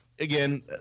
again